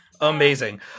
amazing